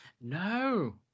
No